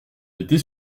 était